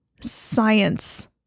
science